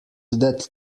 that